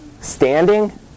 standing